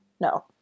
No